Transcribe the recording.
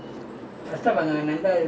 you were working in uh